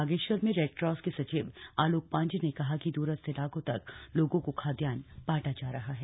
बागेश्वर में red cross के सचिव आलोक पांडे ने कहा कि द्रस्थ इलाकों तक लोगों को खाद्यान्न बांटा जा रहा है